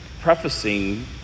prefacing